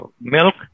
milk